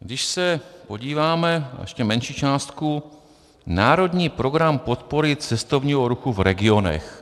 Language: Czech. Když se podíváme na ještě menší částku Národní program podpory cestovního ruchu v regionech.